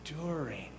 enduring